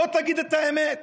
בוא תגיד את האמת.